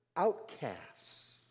outcasts